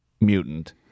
mutant